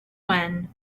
when